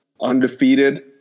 undefeated